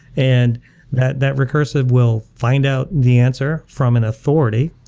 and that that recursive will find out the answer from an authority,